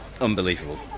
unbelievable